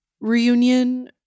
reunion